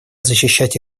защищать